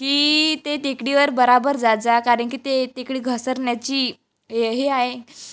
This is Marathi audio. की ते टेकडीवर बराबर जात जा कारण की ते टेकडी घसरण्याची हे आहे